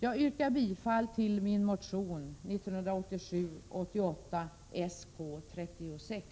Jag yrkar bifall till min motion 1987/88:Sk36.